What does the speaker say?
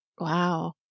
Wow